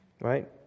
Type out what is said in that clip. right